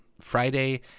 Friday